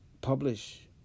publish